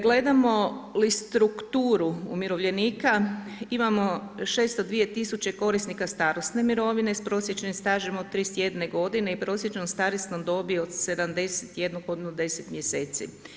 Gledamo li strukturu umirovljenika, imamo 602000 korisnika starosne mirovine, s prosječnim stažem od 31 godine i prosječne starosne dobi od 71 godinu 10 mjeseci.